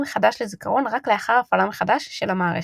מחדש לזיכרון רק לאחר הפעלה מחדש של המערכת.